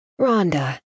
Rhonda